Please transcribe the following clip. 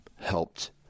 helped